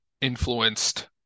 influenced